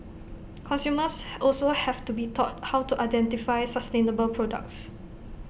consumers also have to be taught how to identify sustainable products